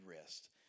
rest